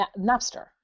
Napster